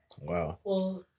Wow